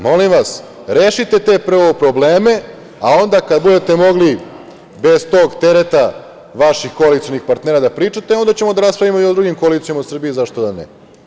Molim vas, rešite prvo te probleme, a onda kada budete mogli bez tog tereta vaših koalicionih partnera da pričate, onda ćemo da raspravimo i o drugim koalicijama u Srbiji, zašto da ne.